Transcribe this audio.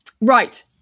right